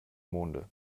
monde